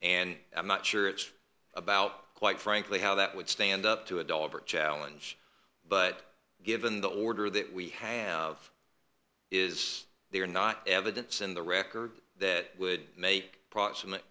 and i'm not sure it's about quite frankly how that would stand up to a deliberate challenge but given the order that we have is there not evidence in the record that would make proximate